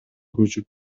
көчүп